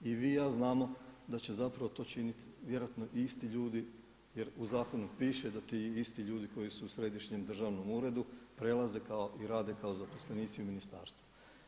I vi i ja znamo da će zapravo to činiti vjerojatno i isti ljudi jer u zakonu piše da ti isti ljudi koji su u Središnjem državnom uredu prelaze kao i rade kao zaposlenici u ministarstvu.